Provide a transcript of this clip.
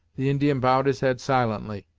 the indian bowed his head silently,